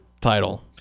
title